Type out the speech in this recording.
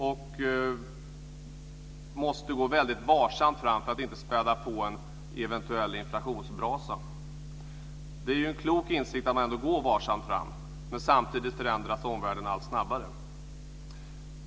Man måste gå väldigt varsamt fram för att inte späda på en eventuell inflationsbrasa. Det är ju en klok insikt att man ändå går varsamt fram, men samtidigt förändras omvärlden allt snabbare.